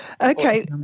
Okay